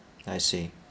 I see